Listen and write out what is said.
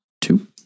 two